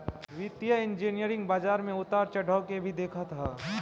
वित्तीय इंजनियरिंग बाजार में उतार चढ़ाव के भी देखत हअ